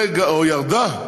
או ירדה?